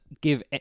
give